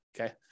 Okay